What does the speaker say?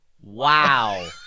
Wow